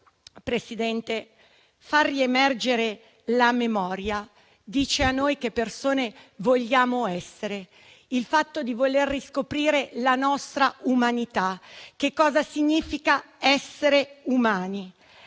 Presidente, far riemergere la memoria dice a noi, che persone vogliamo essere, il fatto di voler riscoprire la nostra umanità, cosa significa essere umani.